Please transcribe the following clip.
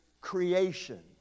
creation